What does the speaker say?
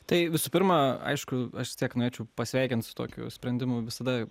tai visų pirma aišku aš noėčiau pasveikint su tokiu sprendimu visada